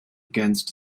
against